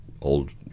old